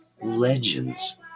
legends